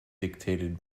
dictated